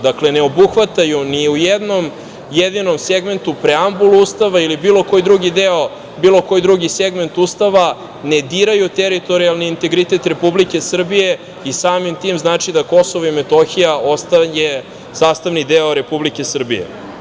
Dakle, ne obuhvataju ni u jednom jedinom segmentu preambulu Ustava ili bilo koji drugi deo, bilo koji drugi segment Ustava, ne diraju teritorijalni integritet Republike Srbije i samim tim, znači da Kosovo i Metohiju ostaje sastavni deo Republike Srbije.